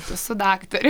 esu daktarė